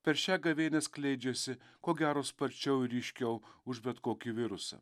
per šią gavėnią skleidžiasi ko gero sparčiau ir ryškiau už bet kokį virusą